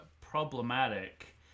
problematic